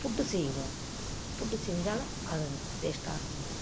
புட்டு செய்வோம் புட்டு செஞ்சாலும் அது டேஸ்ட்டாக இருக்குங்க